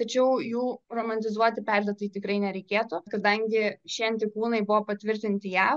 tačiau jų romantizuoti perdėtai tikrai nereikėtų kadangi šie antikūnai buvo patvirtinti jav